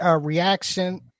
reaction